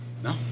No